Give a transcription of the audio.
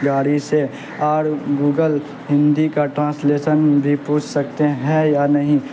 گاڑی سے اور گوگل ہندی کا ٹرانسلیشن بھی پوچھ سکتے ہیں یا نہیں